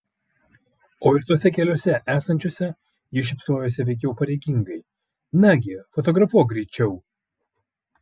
o ir tose keliose esančiose ji šypsojosi veikiau pareigingai nagi fotografuok greičiau